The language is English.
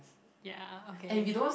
ya okay